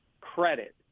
credit